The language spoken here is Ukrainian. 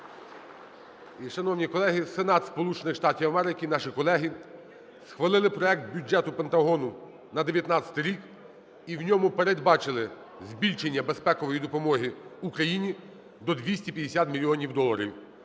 Штатів Америки, наші колеги, схвалили проект бюджету Пентагону на 19-й рік і в ньому передбачили збільшення безпекової допомоги Україні до 250 мільйонів доларів.